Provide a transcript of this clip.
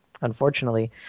unfortunately